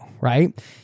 right